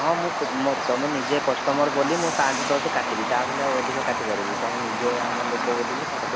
ହଁ ହଁ ମୁଁ ତମେ ନିଜେ କଷ୍ଟମର ବୋଲି ମୁଁ ପଞ୍ଚ ଦଶ କାଟିଲି ତା ବୋଲି ଆଉ ଅଧିକ କାଟିପାରିବି ତମେ ନିଜେ ଆମ ଲୋକ ବୋଲିକି କାଟିଦେବି ଆଉ